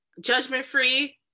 judgment-free